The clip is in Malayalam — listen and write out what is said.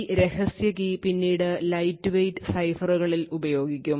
ഈ രഹസ്യ കീ പിന്നീട് lightweight സൈഫറുകളിൽ ഉപയോഗിക്കും